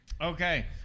Okay